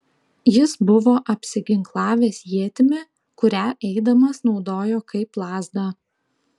jis buvo apsiginklavęs ietimi kurią eidamas naudojo kaip lazdą